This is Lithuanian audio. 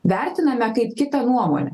vertiname kaip kitą nuomonę